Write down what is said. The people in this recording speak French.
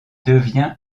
devient